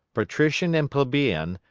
patrician and plebeian,